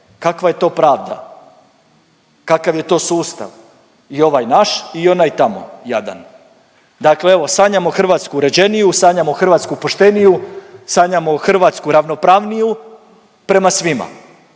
Kakva je to pravda? Kakav je to sustav i ovaj naš i onaj tamo jadan. Dakle, evo sanjamo Hrvatsku uređeniju, sanjamo Hrvatsku pošteniju, sanjamo Hrvatsku ravnopravniju prema svima.